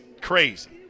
crazy